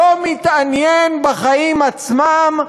לא מתעניין בחיים עצמם,